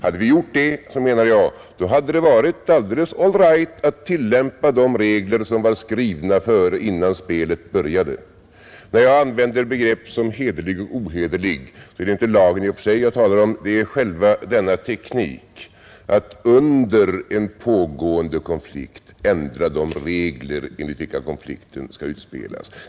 Hade vi gjort det så menar jag att det hade varit all right att tillämpa de regler som var skrivna innan spelet började. När jag använder begrepp som hederlig och ohederlig är det inte lagen i och för sig jag talar om. Det är själva denna teknik att under en pågående konflikt ändra de regler enligt vilka konflikten skall utspelas.